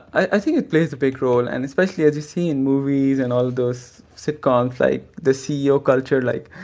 i think it plays a big role and especially as you see in movies and all those sitcoms like, the ceo culture. like,